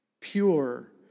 Pure